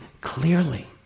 clearly